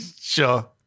Sure